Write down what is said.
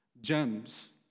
Gems